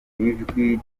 ijwi